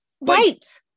Right